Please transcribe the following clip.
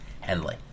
Henley